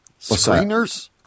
Screeners